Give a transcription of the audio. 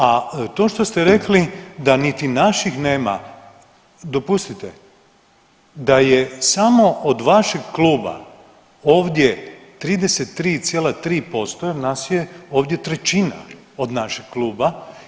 A to što ste rekli da niti naših nema, dopustite da je samo od vašeg kluba ovdje 33,3% jer nas je ovdje trećina od našeg kluba.